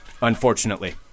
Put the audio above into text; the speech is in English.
unfortunately